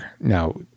Now